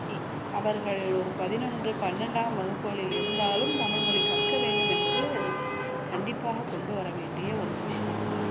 இ அவர்கள் ஒரு பதினொன்று பன்னெரெண்டாம் வகுப்புகளில் இருந்தாலும் தமிழ்மொழி கற்க வேண்டும் என்பது கண்டிப்பாக கொண்டு வர வேண்டிய ஒரு விஷயம் தான்